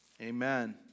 amen